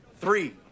three